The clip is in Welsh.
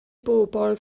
bobol